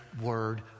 Word